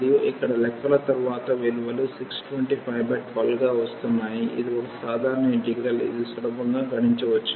మరియు ఇక్కడ లెక్కల తర్వాత విలువలు 62512 గా వస్తున్నాయి ఇది ఒక సాధారణ ఇంటిగ్రల్ ఇది సులభంగా గణించవచ్చు